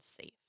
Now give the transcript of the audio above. safe